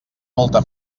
molta